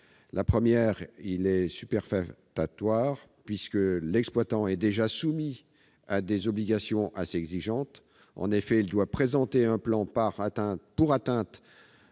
mesure est superfétatoire, puisque l'exploitant est déjà soumis à des obligations assez exigeantes : il doit présenter un plan pour atteindre